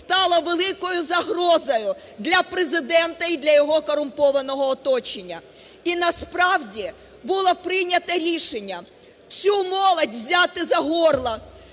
стала великою загрозою для Президента і для його корумпованого оточення. І насправді було прийнято рішення цю молодь "взяти за горло",